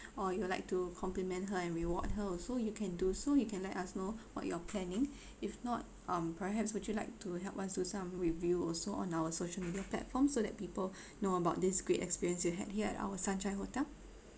or you'd like to compliment her and reward her also you can do so you can let us know what you're planning if not um perhaps would you like to help us do some review also on our social media platforms so that people know about this great experience you had here at our sunshine hotel